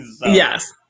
Yes